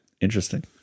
Interesting